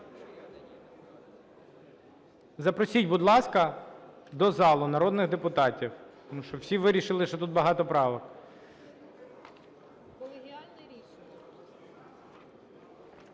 Запросіть, будь ласка, до зали народних депутатів, тому що всі вирішили, що тут багато правок.